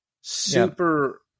Super